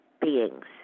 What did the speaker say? beings